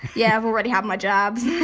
yeah i've already had my jabs!